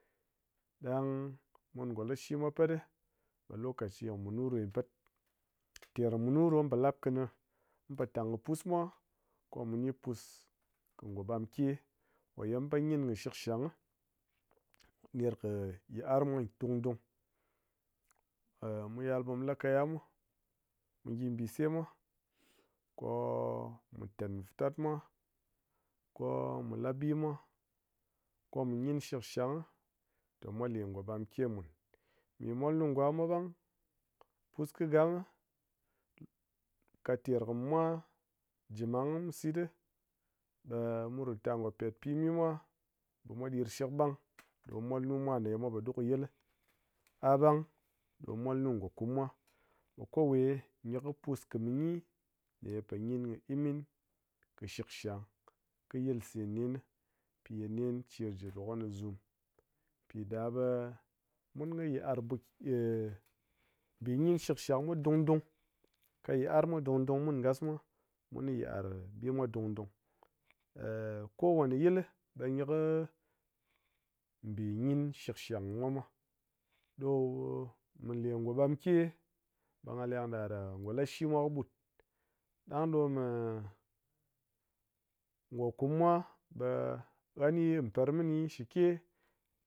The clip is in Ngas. Ɗang mun ngo lashi mwa pat ɗi ɓe lokochi kɨ munu ɗo gyi pet ter munu ɗo mun po lap kini mun po tang kɨ pus mwa ko mu ni pus kɨ ngo ɓam ke ko ye mu man gyin kɨ shikshang ner kɨ yit'ar mwa dung dung, mu yal ɓe mu la kaya mwa, mu gyi mbise mwa, ko-o mu tan vitat mwa, ko mu labi mwa, ko mu gyin shikshang te mwa le ngo bam ke mun, mi mwal nu ngwa mwa ɓang, ous kɨ gam mi ka tar kɨ mi mwa ji mang kɨ mu sit ɗi ɓe mu ru tar ngo pet pimi mwa ɓe mwa ɗirshik ɓang ɗo mwanu mwa ye mwa po ɗu kɨ yil li a ɓang ɗo mwal nu ngo kuum mwa ɓe kowe gyi kɨ pus kɨ mi gyi ne ye po gyin kɨ imin kɨ shikshang kɨ yilse nen ni pi ye nen cir ji ru kɨ gyi zum pi ɗa ɓe mun kɨ yit'ar bu bi gyin shiksang mwa dung dung kɨ yit'ar mwa dung dung mun ngas mwa mun kɨ yit'ar bi mwa dung dung, kowane yil ɓe gyi kɨ mbi gyin shikshang mwa mwa, ɗo mi le kɨ ngo mbam ke ɓe nga leng laɗa-ah ngo lashi mwa kɨɓut, ɗa ɗo ngo kuum mwa ɓe ha ni par mini shike